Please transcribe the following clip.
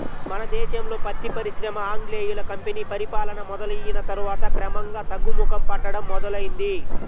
మన దేశంలో పత్తి పరిశ్రమ ఆంగ్లేయుల కంపెనీ పరిపాలన మొదలయ్యిన తర్వాత క్రమంగా తగ్గుముఖం పట్టడం మొదలైంది